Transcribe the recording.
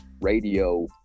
radio